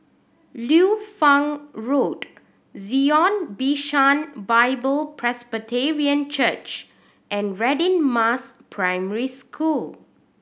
Liu Fang Road Zion Bishan Bible Presbyterian Church and Radin Mas Primary School